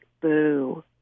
boo